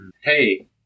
Hey